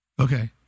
okay